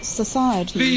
society